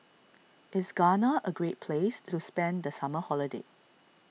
is Ghana a great place to spend the summer holiday